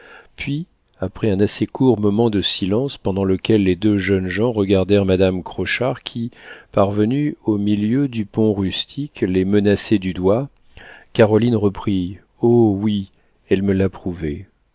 puis après un assez court moment de silence pendant lequel les deux jeunes gens regardèrent madame crochard qui parvenue au milieu du pont rustique les menaçait du doigt caroline reprit oh oui elle me